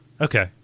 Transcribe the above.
Okay